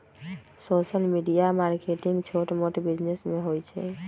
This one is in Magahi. सोशल मीडिया मार्केटिंग छोट मोट बिजिनेस में होई छई